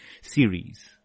series